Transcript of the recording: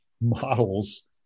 models